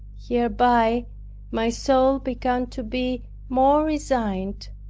hereby my soul began to be more resigned,